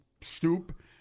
stoop